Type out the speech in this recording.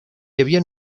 havien